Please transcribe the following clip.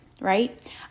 Right